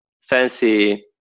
fancy